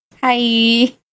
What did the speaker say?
Hi